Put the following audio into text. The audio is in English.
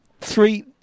Three